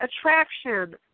attraction